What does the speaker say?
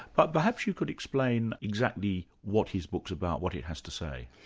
but perhaps you could explain exactly what his book's about, what it has to say.